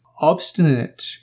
obstinate